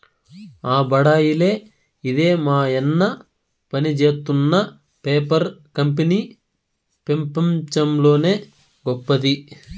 ఆ బడాయిలే ఇదే మాయన్న పనిజేత్తున్న పేపర్ కంపెనీ పెపంచంలోనే గొప్పది